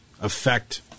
affect